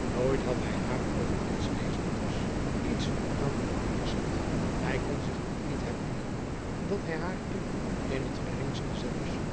nooit had hij haar over iets wezenlijks iets van aanbelang berispt hij kon zich ook niet herinneren dat hij haar immer in het geringste zelfs